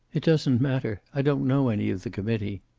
it doesn't matter. i don't know any of the committee.